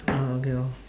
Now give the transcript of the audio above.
oh okay lor